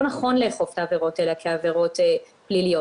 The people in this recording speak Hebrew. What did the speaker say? נכון לאכוף את העבירות האלה כעבירות פליליות.